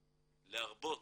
להרבות.